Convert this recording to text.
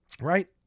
Right